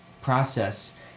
process